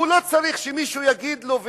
הוא לא צריך שמישהו יגיד לו.